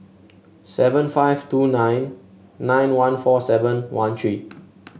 seven five two nine nine one four seven one three